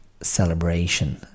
celebration